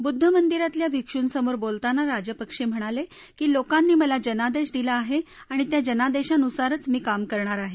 बुद्धमंदिरातल्या भिक्षुंसमोर बोलताना राजपक्षे म्हणाले की लोकांनी मला जनादेश दिला आहे आणि त्या जनादेशानुसारच मी काम करणार आहे